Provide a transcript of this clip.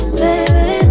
baby